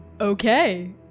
Okay